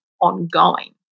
ongoing